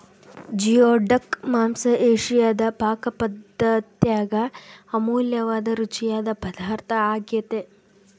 geoduck ಮಾಂಸ ಏಷಿಯಾದ ಪಾಕಪದ್ದತ್ಯಾಗ ಅಮೂಲ್ಯವಾದ ರುಚಿಯಾದ ಪದಾರ್ಥ ಆಗ್ಯೆತೆ